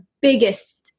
biggest